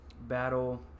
battle